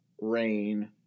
rain